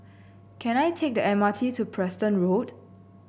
can I take the M R T to Preston Road